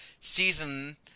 season